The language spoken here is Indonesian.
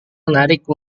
menarik